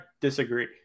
disagree